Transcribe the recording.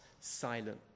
silent